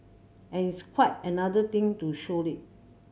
and its quite another thing to show it